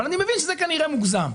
אבל אני מבין שזה כנראה מוגזם.